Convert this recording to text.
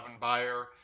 buyer